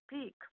speak